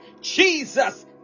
Jesus